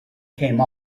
came